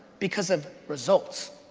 because of results.